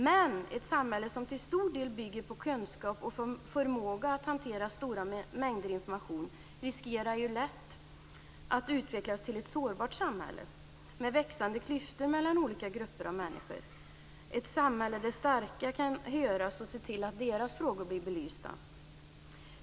Men ett samhälle som till stor del bygger på kunskap och förmåga att hantera stora mängder information riskerar lätt att utvecklas till ett sårbart samhälle, med växande klyftor mellan olika grupper av människor, ett samhälle där starka kan höras och se till att deras frågor blir belysta.